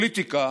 פוליטיקה